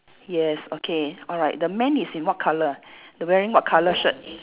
yes okay alright the man is in what colour the wearing what colour shirt